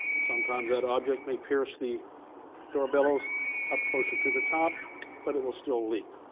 sometimes, that object may pierce the door bellows up closer to the top but it will still leak.